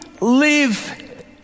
live